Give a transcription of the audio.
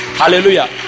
hallelujah